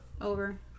over